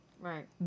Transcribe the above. Right